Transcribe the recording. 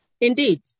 Indeed